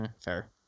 Fair